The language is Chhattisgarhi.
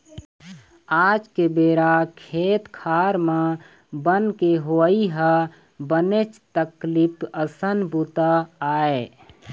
आज के बेरा खेत खार म बन के होवई ह बनेच तकलीफ असन बूता आय